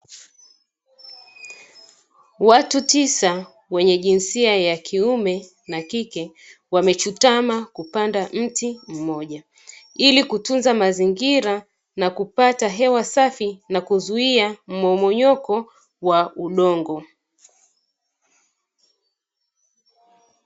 Watu tisa wenye jinsia ya kiume na kike wamechutama kupanda mti mmoja, ili kutunza mazingira na kupata hewa safi na kuzuia mmomonyoko wa udongo.